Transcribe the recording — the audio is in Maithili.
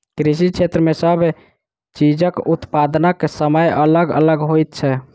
कृषि क्षेत्र मे सब चीजक उत्पादनक समय अलग अलग होइत छै